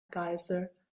geyser